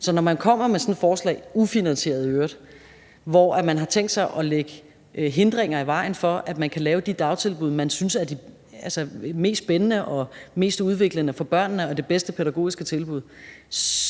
Så når man kommer med sådan et forslag – ufinansieret i øvrigt – hvor man har tænkt sig at lægge hindringer i vejen for, at man kan lave de dagtilbud, man synes er de mest spændende og mest udviklende for børnene, det bedste pædagogiske tilbud, så